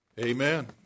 Amen